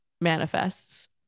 manifests